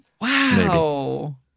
Wow